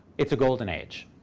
it's a golden age.